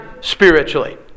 spiritually